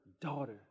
daughter